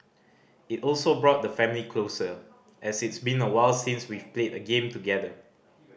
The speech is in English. it also brought the family closer as it's been awhile since we've played a game together